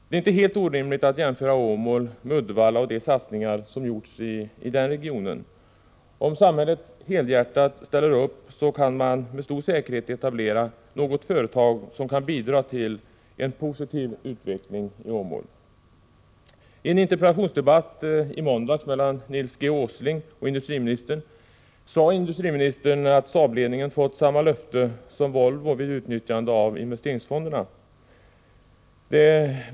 Det är inte helt orimligt att jämföra Åmål med Uddevalla, med de satsningar som gjorts i den regionen. Om samhället helhjärtat ställer upp, kan man med stor säkerhet etablera något företag som kan bidra till en positiv utveckling i Åmål. I en interpellationsdebatt i måndags mellan Nils G. Åsling och industriministern sade industriministern att Saabledningen fått samma löfte som Volvo vid utnyttjande av investeringsfonderna.